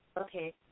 okay